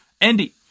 Andy